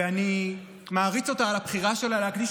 ואני מעריץ אותה על הבחירה שלה להקדיש